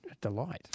delight